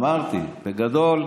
אמרתי, בגדול,